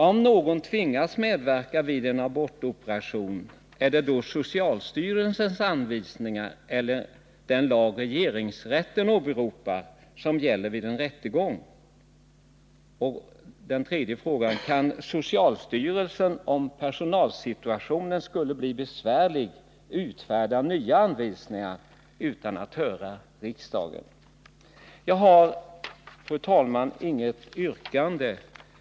Om någon tvingas medverka vid en abortoperation, är det då socialstyrelsens anvisningar eller den lag som regeringsrätten åberopar som gäller vid en rättegång? Kan socialstyrelsen, om personalsituationen skulle bli besvärlig, utfärda nya anvisningar utan att höra riksdagen? Jag har, fru talman, inget yrkande.